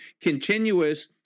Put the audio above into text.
continuous